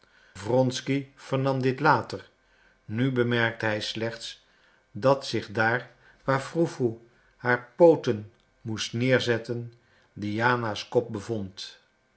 wronsky vernam dit later nu bemerkte hij slechts dat zich daar waar froe froe haar voeten moest neerzetten diana's kop bevond